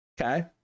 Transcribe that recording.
Okay